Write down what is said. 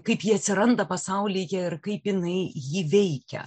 kaip ji atsiranda pasaulyje ir kaip jinai jį veikia